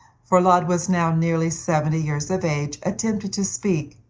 for laud was now nearly seventy years of age, attempted to speak,